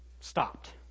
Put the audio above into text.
stopped